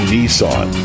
Nissan